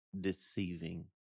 deceiving